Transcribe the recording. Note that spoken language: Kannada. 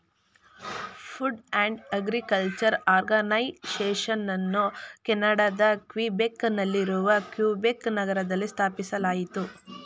ಫುಡ್ ಅಂಡ್ ಅಗ್ರಿಕಲ್ಚರ್ ಆರ್ಗನೈಸೇಷನನ್ನು ಕೆನಡಾದ ಕ್ವಿಬೆಕ್ ನಲ್ಲಿರುವ ಕ್ಯುಬೆಕ್ ನಗರದಲ್ಲಿ ಸ್ಥಾಪಿಸಲಾಯಿತು